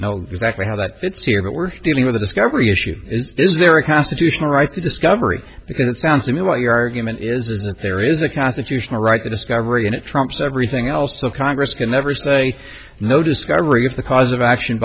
know exactly how that fits here but we're dealing with a discovery issue is there a class additional right to discovery because it sounds to me what your argument is is that there is a constitutional right to discovery and it trumps everything else so congress can never say no discovery of the cause of action